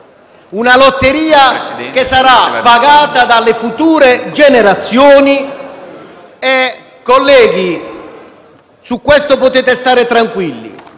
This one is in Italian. lotteria, che sarà pagata dalle future generazioni e - su questo potete stare tranquilli,